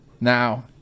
now